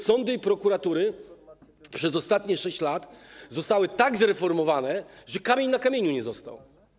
Sądy i prokuratury przez ostatnie 6 lat zostały tak zreformowane, że kamień na kamieniu nie został.